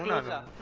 and